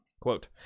quote